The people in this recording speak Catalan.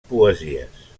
poesies